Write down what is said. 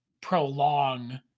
prolong